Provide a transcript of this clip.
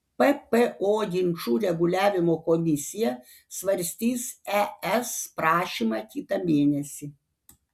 ppo ginčų reguliavimo komisija svarstys es prašymą kitą mėnesį